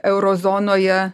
euro zonoje